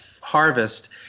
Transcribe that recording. harvest